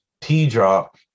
T-drop